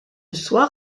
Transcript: soir